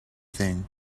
thing